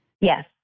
Yes